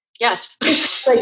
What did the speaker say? Yes